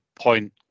point